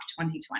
2020